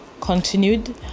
continued